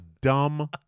dumb